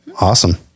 awesome